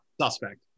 Suspect